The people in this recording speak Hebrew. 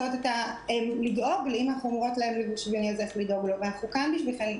--- אנחנו כאן בשבילכם,